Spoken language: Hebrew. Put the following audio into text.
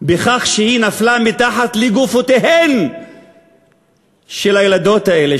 בכך שהיא נפלה מתחת לגופותיהן של הילדות האלה,